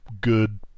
good